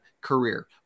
career